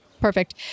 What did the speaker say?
Perfect